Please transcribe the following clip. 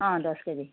অঁ দছ কেজি